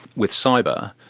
with cyber,